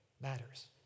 matters